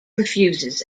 refuses